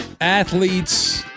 athletes